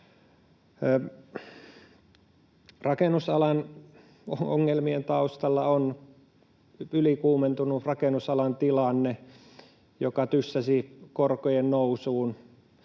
Rakennusalan ongelmien taustalla on ylikuumentunut rakennusalan tilanne, joka tyssäsi korkojen nousuun,